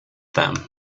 them